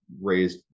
raised